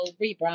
rebrand